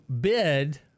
bid